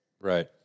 Right